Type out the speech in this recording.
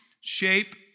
shape